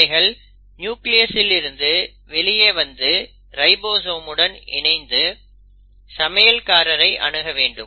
இவைகள் நியூக்ளியஸில் இருந்து வெளியே வந்து ரைபோசோம் உடன் இணைந்து சமையல்காரரை அணுக வேண்டும்